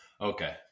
Okay